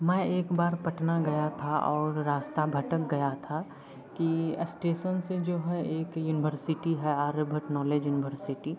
मैं एक बार पटना गया था और रास्ता भटक गया था कि अस्टेसन से जो है एक युनिवर्सिटी है आर्यभट्ट नॉलेज युनिवर्सिटी